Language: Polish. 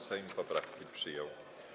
Sejm poprawki przyjął.